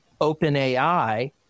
OpenAI